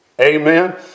Amen